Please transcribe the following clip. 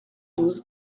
douze